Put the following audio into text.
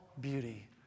beauty